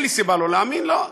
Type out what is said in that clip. אין לי סיבה לא להאמין לו,